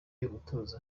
yatoye